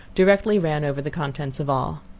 directly ran over the contents of all.